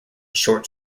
short